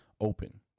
open